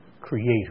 Creator